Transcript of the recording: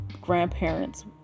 grandparents